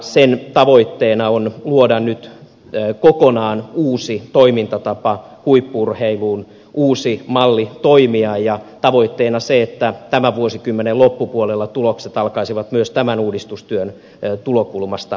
sen tavoitteena on luoda nyt kokonaan uusi toimintatapa huippu urheiluun uusi malli toimia ja tavoitteena on se että tämän vuosikymmenen loppupuolella tulokset alkaisivat myös tämän uudistustyön tulokulmasta näkyä